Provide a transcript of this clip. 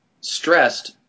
stressed